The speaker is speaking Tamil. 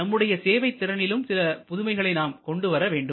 நம்முடைய சேவை திறனிலும் சில புதுமைகளை நாம் கொண்டுவர வேண்டும்